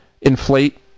inflate